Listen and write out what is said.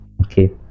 okay